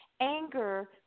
Anger